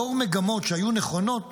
לאור מגמות שהיו נכונות